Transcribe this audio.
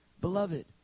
Beloved